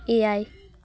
ᱮᱭᱟᱭ